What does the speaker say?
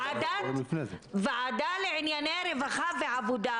ועדה לענייני רווחה ועבודה,